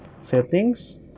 settings